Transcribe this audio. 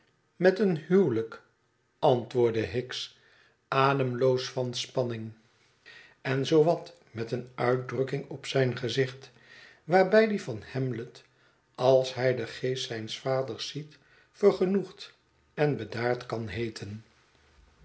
met een huwelijk antwoordde hicks ademloos van spanning en zoo wat met een uitdrukking op zijn gezicht waarblj die van hamlet als hij den geest zijns vaders ziet vergenoegd en bedaard kan heeten